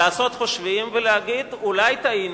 לעשות חושבים ולהגיד: אולי טעינו?